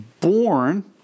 Born